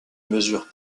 mesure